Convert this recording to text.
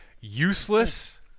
Useless